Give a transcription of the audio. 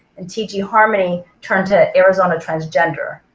and teaching harmony turned to arizona transgender,